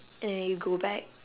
and then you go back